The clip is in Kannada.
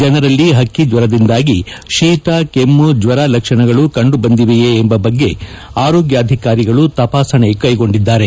ಜನರಲ್ಲಿ ಹಕ್ಕಿಜ್ವರದಿಂದಾಗಿ ಶೀತ ಕೆಮ್ಟು ಜ್ವರ ಲಕ್ಷಣಗಳು ಕಂಡುಬಂದಿವೆಯೇ ಎಂಬ ಬಗ್ಗೆ ಆರೋಗ್ಯಾಧಿಕಾರಿಗಳು ತಪಾಸಣೆ ಕೈಗೊಂಡಿದ್ದಾರೆ